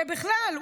ובכלל,